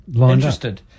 interested